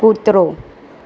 કૂતરો